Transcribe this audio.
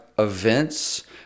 events